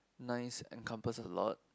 nice and compass a lot